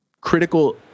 critical